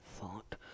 thought